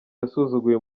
yasuzuguye